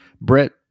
Brett